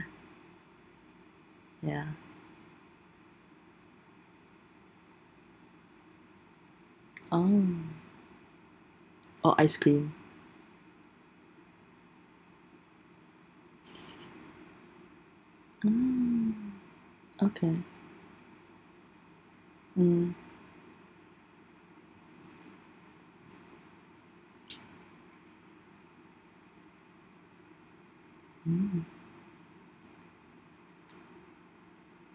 ya um oh ice cream mm okay mm mm